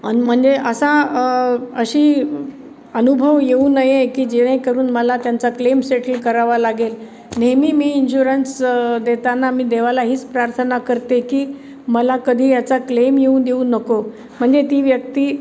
आणि म्हणजे असा अशी अनुभव येऊ नये की जेणेकरून मला त्यांचा क्लेम सेटल करावा लागेल नेहमी मी इन्श्युरन्स देताना मी देवाला हीच प्रार्थना करते की मला कधी याचा क्लेम येऊ देऊ नको म्हणजे ती व्यक्ती